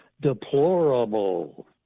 deplorable